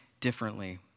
differently